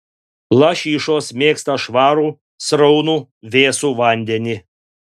lašišos mėgsta švarų sraunų vėsų vandenį